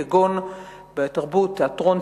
כגון בתרבות: תיאטרון,